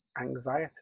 anxiety